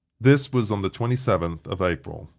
this was on the twenty seventh of april.